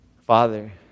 Father